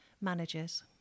managers